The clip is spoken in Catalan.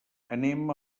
anem